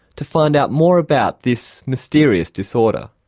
to find out more about this mysterious disorder.